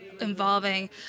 involving